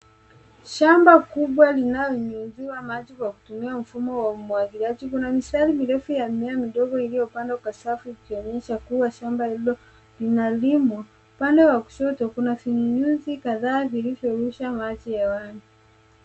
Shamba kubwa linalonyuyuziwa maji kwa kutumia mfumo wa umwagiliaji. Kuna mistari mirefu ya mimea midogo iliyopandwa kwa safu ikionyesha kuwa shamba hilo linalimwa. Upande wa kushoto kuna vinyunyuzi kadhaa vilivyorusha maji hewani.